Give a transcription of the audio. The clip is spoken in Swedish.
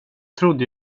trodde